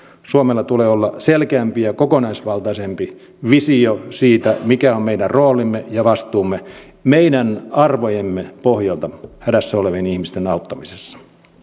suomella tulee olla selkeämpi ja kokonaisvaltaisempi visio siitä mikä on meidän arvojemme pohjalta meidän roolimme ja vastuumme hädässä olevien ihmisten auttamises